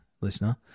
listener